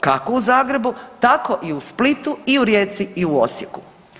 Kako u Zagrebu tako i u Splitu i u Rijeci i u Osijeku.